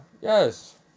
Yes